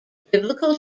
biblical